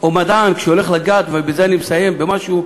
או מדען שהולך לגעת, ובזה אני מסיים, במשהו,